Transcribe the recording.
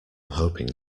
hoping